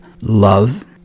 love